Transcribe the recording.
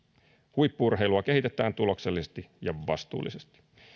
huippu urheilua kehitetään tuloksellisesti ja vastuullisesti osana